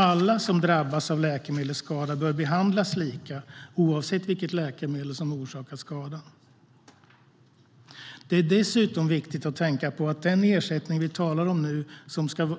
Alla som drabbas av läkemedelsskada bör behandlas lika, oavsett vilket läkemedel som har orsakat skadan. Det är dessutom viktigt att tänka på att den ersättning vi talar om nu